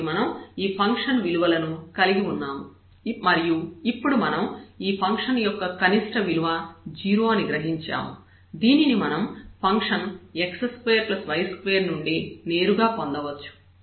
కాబట్టి మనం ఈ ఫంక్షన్ విలువలను కలిగి ఉన్నాము మరియు ఇప్పుడు మనం ఈ ఫంక్షన్ యొక్క కనిష్ట విలువ 0 అని గ్రహించాము దీనిని మనం ఫంక్షన్ x2y2 నుండి నేరుగా పొందవచ్చు